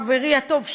חברי הטוב,